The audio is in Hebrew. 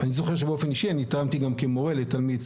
אני זוכר שבאופן אישי אני טעמתי גם כמורה לתלמיד.